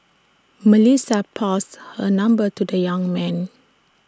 Melissa passed her number to the young man